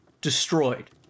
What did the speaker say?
destroyed